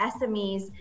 SMEs